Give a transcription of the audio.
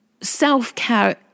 self-care